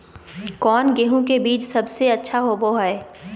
कौन गेंहू के बीज सबेसे अच्छा होबो हाय?